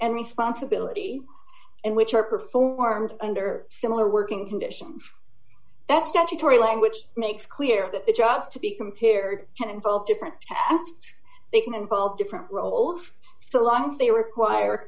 and responsibility and which are performed under similar working conditions that statutory language makes clear that the jobs to be compared can involve different they can involve different roles so long as they were wire